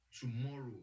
tomorrow